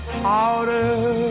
powder